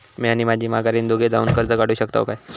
म्या आणि माझी माघारीन दोघे जावून कर्ज काढू शकताव काय?